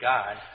God